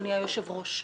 אדוני היושב-ראש.